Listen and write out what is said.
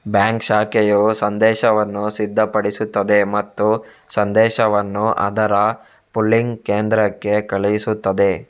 bank ಶಾಖೆಯು ಸಂದೇಶವನ್ನು ಸಿದ್ಧಪಡಿಸುತ್ತದೆ ಮತ್ತು ಸಂದೇಶವನ್ನು ಅದರ ಪೂಲಿಂಗ್ ಕೇಂದ್ರಕ್ಕೆ ಕಳುಹಿಸುತ್ತದೆ